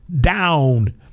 down